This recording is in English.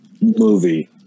Movie